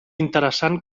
interessant